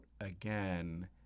again